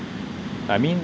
I mean